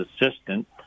assistant